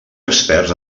experts